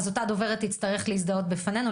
אז אותה דוברת תצטרך להזדהות בפנינו,